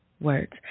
words